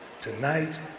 Tonight